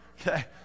Okay